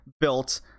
built